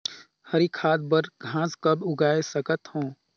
हरी खाद बर घास कब उगाय सकत हो?